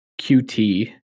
QT